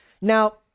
now